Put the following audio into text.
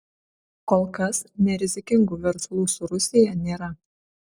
kol kas nerizikingų verslų su rusija nėra